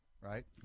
right